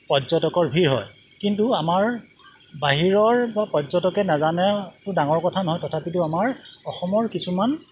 পৰ্যটকৰ ভিৰ হয় কিন্তু আমাৰ বাহিৰৰ বা পৰ্যটকে নাজানে একো ডাঙৰ কথা নহয় তথাপিতো আমাৰ অসমৰ কিছুমান